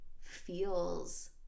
feels